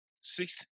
six